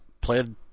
Played